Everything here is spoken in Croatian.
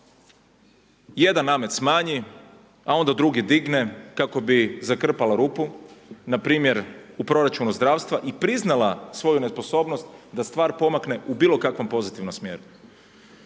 Jedan namet smanji, a onda drugi digne kako bi zakrpala rupu, na primjer u proračunu zdravstva i priznala svoju nesposobnost da stvar pomakne u bilo kakvom pozitivnom smjeru.